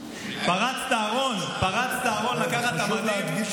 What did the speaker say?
פרץ את הארון לקחת את המדים,